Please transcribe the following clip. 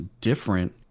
different